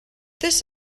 this